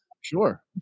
Sure